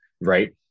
right